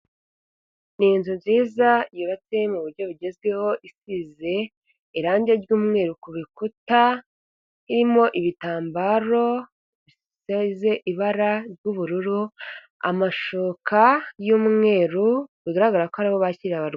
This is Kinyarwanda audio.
Ni nzu nziza yubatse mu buryo bugezweho isize irangi ry'umweru ku bikuta irimo ibitambaro bisize ibara ry'ubururu, amashuka y'umweru bigaragara ko ariho bakirira abarwa.